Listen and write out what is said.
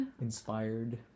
inspired